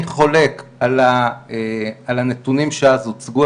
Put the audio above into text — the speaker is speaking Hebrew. אני חולק על הנתונים שאז הוצגו,